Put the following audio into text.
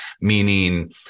meaning